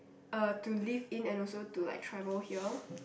uh to live in and also to like travel here